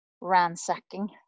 ransacking